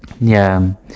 ya